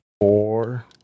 four